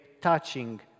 touching